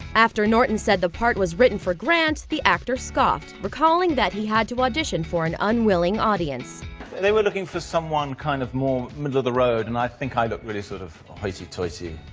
after norton said the part was written for grant, the actor scoffed, recalling that he had to audition for an unwilling audience they were looking for someone kind of more middle of the road, and i think i looked really sort of hoity-toity,